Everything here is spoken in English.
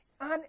on